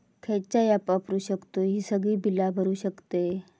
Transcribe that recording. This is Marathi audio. खयचा ऍप वापरू शकतू ही सगळी बीला भरु शकतय?